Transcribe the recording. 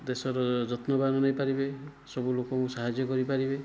ଦେଶର ଯତ୍ନବାନ ନେଇପାରିବେ ସବୁ ଲୋକଙ୍କୁ ସାହାଯ୍ୟ କରିପାରିବେ